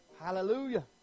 Hallelujah